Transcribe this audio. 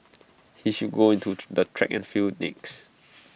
he should go into the track and field next